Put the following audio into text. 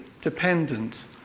dependent